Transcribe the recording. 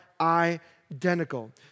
identical